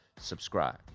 subscribe